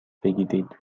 بگیرید